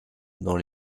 dans